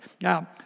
Now